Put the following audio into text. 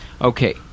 Okay